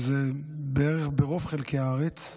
וזה בערך רוב חלקי הארץ,